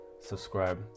subscribe